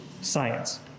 science